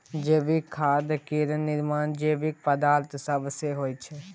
जैविक खाद केर निर्माण जैविक पदार्थ सब सँ होइ छै